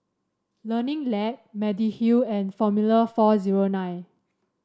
Learning Lab Mediheal and Formula four zero nine